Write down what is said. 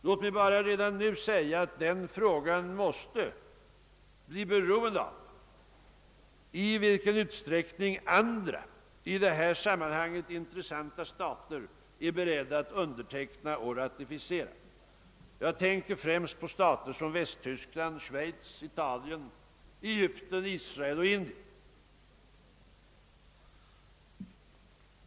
Låt mig dock redan nu betona att vårt ställningstagande måste bli beroende av i vilken utsträckning andra i detta sammanhang intressanta stater är beredda att underteckna och ratificera; jag tänker främst på stater som Västtyskland, Schweiz, Italien, Egypten, Israel och Indien.